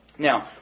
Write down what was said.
Now